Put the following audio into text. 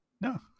no